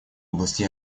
области